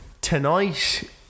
tonight